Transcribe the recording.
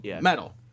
metal